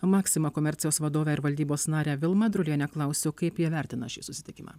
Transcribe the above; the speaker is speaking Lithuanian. maxima komercijos vadovę ir valdybos narę vilmą drulienę klausiau kaip jie vertina šį susitikimą